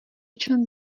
člen